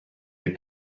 les